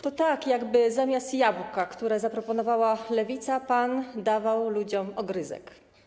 To tak, jakby zamiast jabłka, które zaproponowała Lewica, pan dawał ludziom ogryzek.